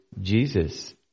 Jesus